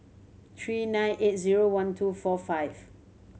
three nine eight zero one two four five